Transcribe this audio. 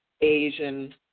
Asian